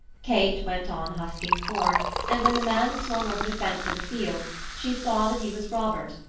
kate went on husking corn and when the man swung over the fence of the field she saw that he was robert,